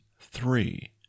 three